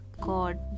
God